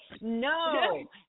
no